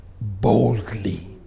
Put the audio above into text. boldly